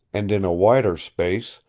and in a wider space,